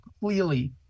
clearly